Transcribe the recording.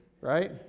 right